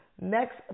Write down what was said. Next